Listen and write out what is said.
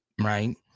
right